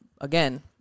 again